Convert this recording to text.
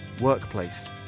workplace